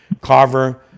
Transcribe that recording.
Carver